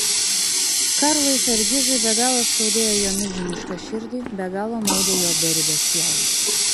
karlui fergizui be galo skaudėjo jo milžinišką širdį be galo maudė jo beribę sielą